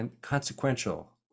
consequential